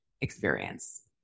experience